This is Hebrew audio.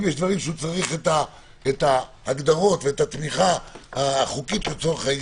אם יש דברים שהוא צריך את ההגדרות או את התמיכה החוקית או התקנונית,